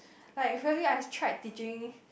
like for me I've tried teaching